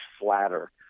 flatter